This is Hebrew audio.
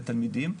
לתלמידים.